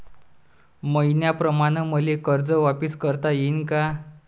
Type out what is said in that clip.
मईन्याप्रमाणं मले कर्ज वापिस करता येईन का?